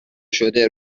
شده